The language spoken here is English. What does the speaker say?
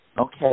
Okay